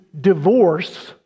divorce